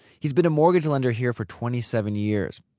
he's been a mortgage lender here for twenty seven years.